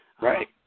Right